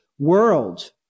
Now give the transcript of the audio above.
World